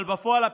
אבל בפועל,